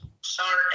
start